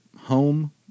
home